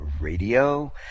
Radio